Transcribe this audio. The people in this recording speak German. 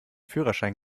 führerschein